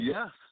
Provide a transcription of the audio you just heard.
Yes